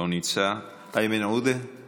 שתוכניות מפורטות שנמצאות במשרד הפנים או נמצאות במשרד